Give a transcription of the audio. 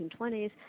1920s